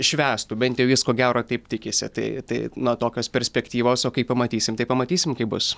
švęstų bent jau jis ko gero taip tikisi tai tai na tokios perspektyvos o kai pamatysim pamatysim kaip bus